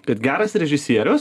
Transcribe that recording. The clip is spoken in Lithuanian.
kad geras režisierius